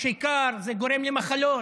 וכשקר זה גורם למחלות.